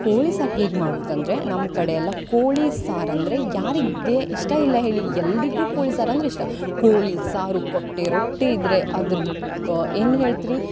ಕೋಳಿ ಸಾರು ಹೇಗೆ ಮಾಡುದಂದರೆ ನಮ್ಮ ಕಡೆ ಎಲ್ಲ ಕೋಳಿ ಸಾರು ಅಂದರೆ ಯಾರಿಗೆ ಇಷ್ಟ ಇಲ್ಲ ಹೇಳಿ ಎಲ್ಲರಿಗು ಕೋಳಿ ಸಾರು ಅಂದ್ರೆ ಇಷ್ಟ ಕೋಳಿ ಸಾರು ಕೊಟ್ಟೆ ರೊಟ್ಟಿ ಇದ್ದರೆ ಅದ್ರದ್ದು ಕ ಏನು ಹೇಳ್ತ್ರಿ